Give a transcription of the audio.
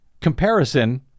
comparison